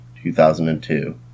2002